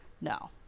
No